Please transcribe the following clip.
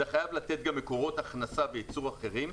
אתה חייב לתת גם מקורות הכנסה וייצור אחרים,